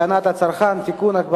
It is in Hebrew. הצעת חוק האזרחות (תיקון,